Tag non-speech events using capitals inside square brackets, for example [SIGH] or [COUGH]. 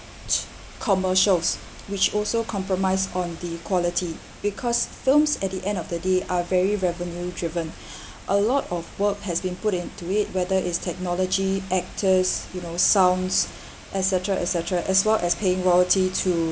[NOISE] commercials which also compromise on the quality because films at the end of the day are very revenue-driven [BREATH] a lot of work has been put into it whether is technology actors you know sounds et cetera et cetera as well as paying royalty to